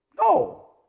No